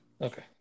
Okay